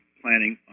planning